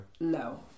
no